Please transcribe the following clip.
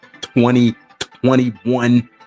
2021